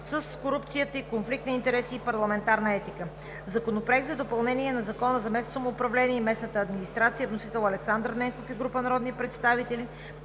с корупцията и конфликт на интереси и парламентарна етика. Законопроект за допълнение на Закона за местното самоуправление и местната администрация. Вносители – Александър Ненков и група народни представители.